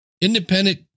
independent